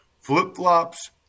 flip-flops